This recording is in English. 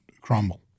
crumble